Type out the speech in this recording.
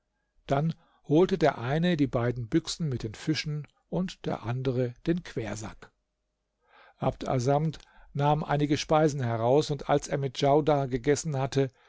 dann holte der eine die beiden büchsen mit den fischen und der andere den quersack abd assamd nahm einige speisen heraus und als er mit djaudar gegessen hatte